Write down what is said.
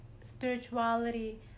spirituality